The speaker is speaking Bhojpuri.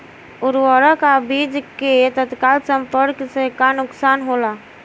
उर्वरक अ बीज के तत्काल संपर्क से का नुकसान होला?